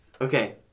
Okay